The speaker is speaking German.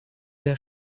der